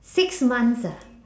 six months ah